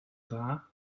dda